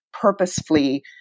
purposefully